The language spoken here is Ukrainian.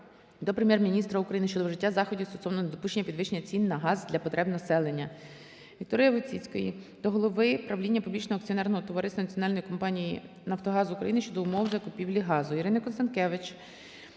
до Прем'єр-міністра України щодо вжиття заходів стосовно недопущення підвищення цін на газ для потреб населення. Вікторії Войціцької до голови правління публічного акціонерного товариства Національної акціонерної компанії "Нафтогаз України" щодо умов закупівлі газу. Ірини Констанкевич